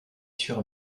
sur